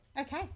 Okay